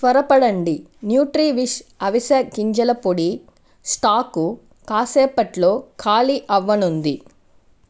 త్వరపడండి న్యూట్రీవిష్ అవిసె గింజల పొడి స్టాకు కాసేపట్లో ఖాళీ అవ్వనుంది